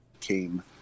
came